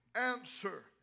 answer